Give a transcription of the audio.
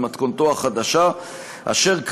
במתכונתו החדשה אשר,